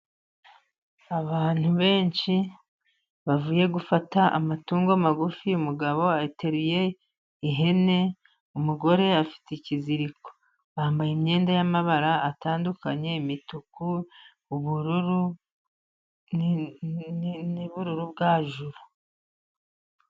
Abantu benshi bavuye gufata amatungo magufi. Umugabo ateruye ihene, umugore afite ikiziriko. Bambaye imyenda y'amabara atandukanye. Imituku, ubururu n'ubururu bwa juru.